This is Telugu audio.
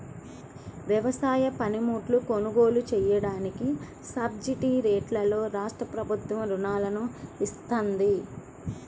వ్యవసాయ పనిముట్లు కొనుగోలు చెయ్యడానికి సబ్సిడీరేట్లలో రాష్ట్రప్రభుత్వం రుణాలను ఇత్తంది